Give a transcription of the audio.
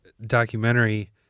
documentary